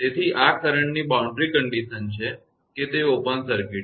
તેથી આ કરંટની બાઉન્ડ્રી કંડીશન છે કે તે ઓપન સર્કિટ છે